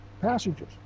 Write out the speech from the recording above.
passages